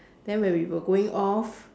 then when we were going off